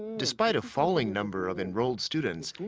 despite a falling number of enrolled students,